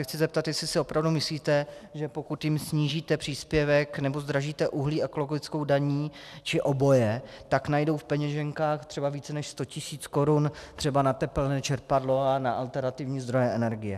Chci se zeptat, jestli si opravdu myslíte, že pokud jim snížíte příspěvek, nebo zdražíte uhlí ekologickou daní, či oboje, tak najdou v peněženkách více než 100 tisíc korun třeba na tepelné čerpadlo a na alternativní zdroje energie.